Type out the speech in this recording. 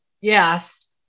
Yes